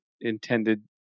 intended